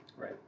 Right